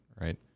Right